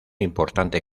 importante